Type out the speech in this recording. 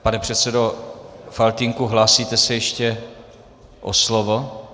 Pane předsedo Faltýnku, hlásíte se ještě o slovo?